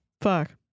Fuck